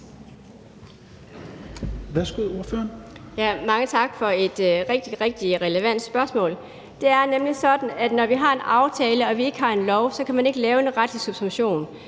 Mange tak for et rigtig, rigtig relevant spørgsmål. Det er nemlig sådan, at når vi har en aftale og vi ikke har en lov, så kan man ikke lave en retlig subsumption